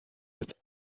with